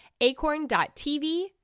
Acorn.tv